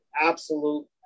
absolute